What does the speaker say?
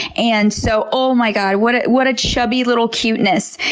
and so oh my god, what what a chubby little cuteness.